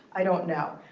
i don't know.